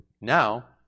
Now